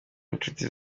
inshuti